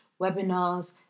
webinars